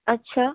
আচ্ছা